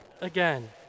Again